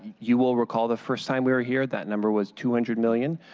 you will recall, the first time we were here, that number was two hundred million